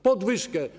Podwyżkę.